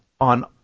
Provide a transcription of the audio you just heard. on